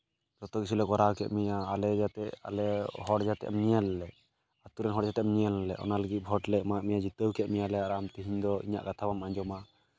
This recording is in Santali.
ᱡᱚᱛᱚ ᱠᱤᱪᱷᱩᱞᱮ ᱠᱚᱨᱟᱣ ᱠᱮᱜ ᱢᱮᱭᱟ ᱟᱞᱮ ᱡᱟᱛᱮ ᱟᱞᱮ ᱦᱚᱲ ᱡᱟᱛᱮᱢ ᱧᱮᱞ ᱞᱮ ᱟᱛᱳ ᱨᱮᱱ ᱦᱚᱲ ᱡᱟᱛᱮᱢ ᱧᱮᱞ ᱞᱮ ᱚᱱᱟ ᱞᱟᱹᱜᱤᱫ ᱵᱷᱳᱴ ᱞᱮ ᱮᱢᱟᱜ ᱢᱮᱭᱟ ᱡᱤᱛᱟᱹᱣ ᱠᱮᱜ ᱢᱮᱭᱟᱞᱮ ᱟᱨ ᱟᱢ ᱛᱮᱦᱮᱧ ᱫᱚ ᱤᱧᱟᱹᱜ ᱠᱟᱛᱷᱟ ᱵᱟᱢ ᱟᱡᱚᱢᱟ